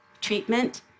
treatment